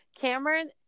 Cameron